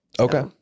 Okay